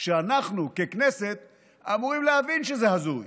ואנחנו ככנסת אמורים להבין שזה הזוי.